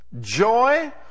joy